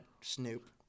snoop